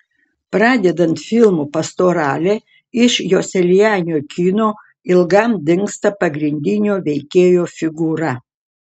pradedant filmu pastoralė iš joselianio kino ilgam dingsta pagrindinio veikėjo figūra